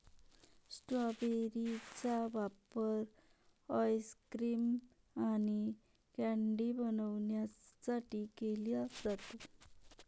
strawberry चा वापर ice cream आणि कँडी बनवण्यासाठी केला जातो